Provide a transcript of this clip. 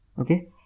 Okay